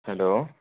hello